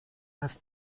das